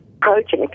project